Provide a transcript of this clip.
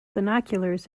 binoculars